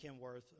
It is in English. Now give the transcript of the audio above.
Kenworth